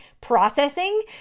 processing